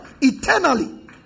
eternally